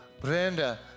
Brenda